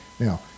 Now